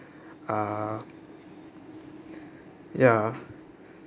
uh ya